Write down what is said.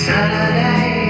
Saturday